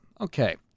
Okay